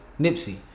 Nipsey